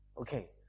Okay